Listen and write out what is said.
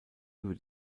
über